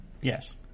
Yes